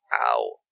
Ow